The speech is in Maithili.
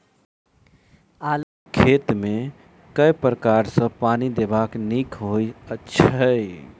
आलु केँ खेत मे केँ प्रकार सँ पानि देबाक नीक होइ छै?